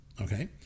Okay